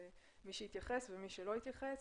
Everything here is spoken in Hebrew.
מי שהתייחס ומי שלא התייחס,